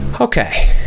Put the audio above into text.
Okay